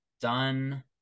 done